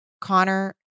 Connor